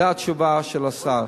זו התשובה של השר.